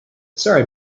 sorry